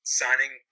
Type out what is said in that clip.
signing